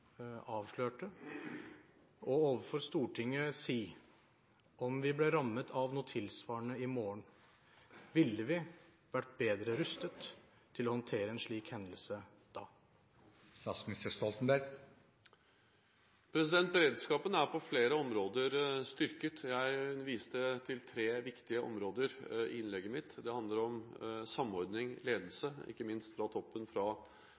avslørte – å si overfor Stortinget: Om vi ble rammet av noe tilsvarende i morgen, ville vi vært bedre rustet til å håndtere en slik hendelse da? Beredskapen er styrket på flere områder. Jeg viste til tre viktige områder i innlegget mitt. Det handler om samordning, ledelse – ikke minst fra toppen, fra